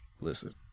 Listen